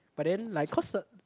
but then like cause the